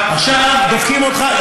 עכשיו, דופקים אותך,